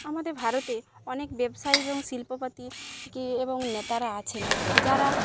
আমাদের ভারতে অনেক ব্যবসায়ী এবং শিল্পপাতি এবং নেতারা আছেন যারা